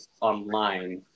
online